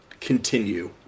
continue